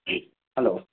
hello